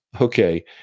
okay